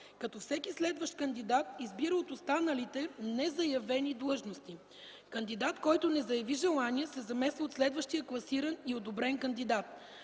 като всеки следващ кандидат избира от останалите незаявени длъжности. Кандидат, който не заяви желание, се замества от следващия класиран и одобрен кандидат.